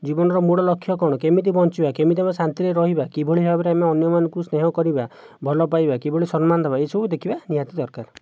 ଜୀବନର ମୂଳଲକ୍ଷ କ'ଣ କେମିତି ବଞ୍ଚିବା କେମିତି ଆମେ ଶାନ୍ତିରେ ରହିବା କିଭଳି ଭାବରେ ଆମେ ଅନ୍ୟମାନଙ୍କୁ ସ୍ନେହ କରିବା ଭଲପାଇବା କିଭଳି ସମ୍ମାନ ଦେବା ଏସବୁ ଦେଖିବା ନିହାତି ଦରକାର